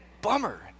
bummer